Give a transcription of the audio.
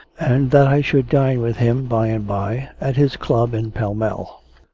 and that i should dine with him by-and-by at his club in pall mall.